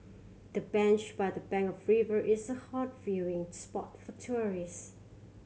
the bench by the bank of river is a hot viewing spot for tourist